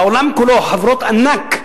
בעולם כולו חברות ענק,